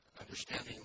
understanding